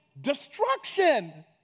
destruction